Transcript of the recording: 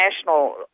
national